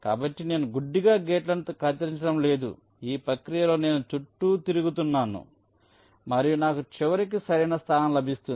కాబట్టి నేను గుడ్డిగా గేట్లను కత్తిరించడం లేదు ఈ ప్రక్రియలో నేను చుట్టూ తిరుగుతున్నాను మరియు నాకు చివరికి సరైన స్థానం లభిస్తుంది